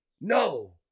No